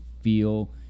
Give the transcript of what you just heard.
feel